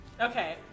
Okay